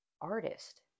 artist